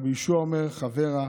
רבי יהושע אומר, חבר רע.